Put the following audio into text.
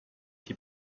die